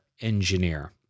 engineer